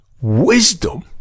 wisdom